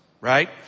right